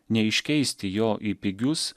neiškeisti jo į pigius